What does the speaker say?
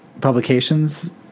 publications